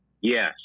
Yes